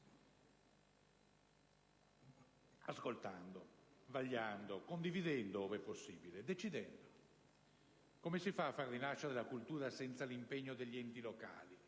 ascoltando, vagliando, condividendo ove possibile, e decidendo. Come si fa a far rinascere la cultura senza l'impegno degli enti locali,